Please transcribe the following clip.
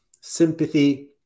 Sympathy